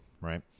Right